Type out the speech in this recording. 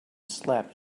slept